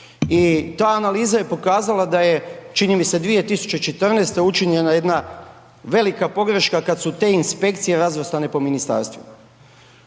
ta analiza je pokazala da je čini mi se 2014. učinjena jedna velika pogreška kad su te inspekcije razvrstane po ministarstvima.